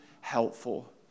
helpful